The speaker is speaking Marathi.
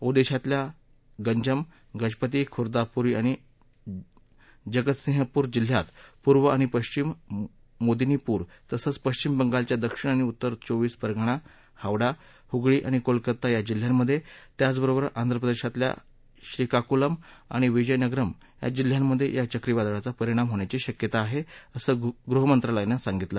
ओदिशातल्या गंजम गजपती खुर्दा पुरी आणि जगतसिंहपूर जिल्ह्यात पूर्व आणि पश्चिम मेदीनीपूर तसंच पश्चिम बंगालच्या दक्षिण आणि उत्तर चोवीस परगणा हावडा ह्गळी आणि कोलकाता या जिल्ह्यांमधे त्याचबरोबर आंध्र प्रदेशातल्या श्रीकाकुलम आणि विजयनगरम् या जिल्ह्यांमधे या चक्रीवादळाचा परिणाम होण्याची शक्यता आहे असं गृहमंत्रालयानं सांगितलं